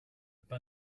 pain